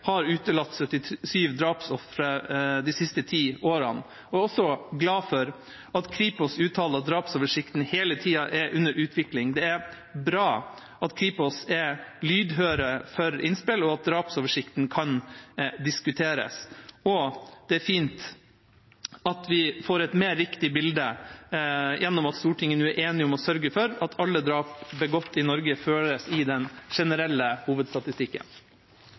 har utelatt 77 drapsofre de siste ti årene, og for at Kripos uttaler at drapsoversikten hele tida er under utvikling. Det er bra at Kripos er lydhøre for innspill, og at drapsoversikten kan diskuteres. Og det er fint at vi får et mer riktig bilde gjennom at Stortinget nå er enig om å sørge for at alle drap begått i Norge skal føres i den generelle hovedstatistikken.